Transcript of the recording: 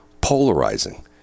polarizing